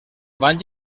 van